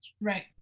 Right